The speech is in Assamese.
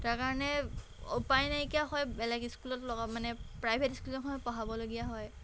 তাৰ কাৰণে উপায় নাইকিয়া হৈ বেলেগ স্কুলত লগাব মানে প্ৰাইভেট স্কুল এখনত পঢ়াবলগীয়া হয়